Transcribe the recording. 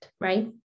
right